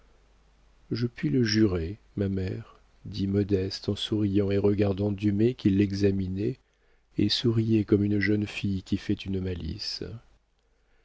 je puis le jurer ma mère dit modeste en souriant et regardant dumay qui l'examinait et souriait comme une jeune fille qui fait une malice